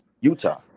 Utah